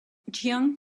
jiang